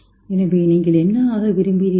எனவே நீங்கள் என்ன ஆக விரும்புகிறீர்கள்